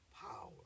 power